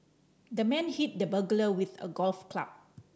the man hit the burglar with a golf club